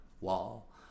wall